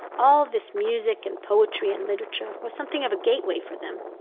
all this music and poetry and literature was something of a gateway for them,